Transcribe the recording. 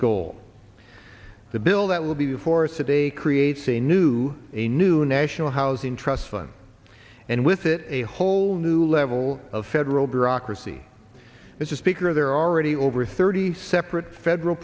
goal the bill that will be the force today creates a new a new national housing trust fund and with it a whole new level of federal bureaucracy as a speaker there are already over thirty separate federal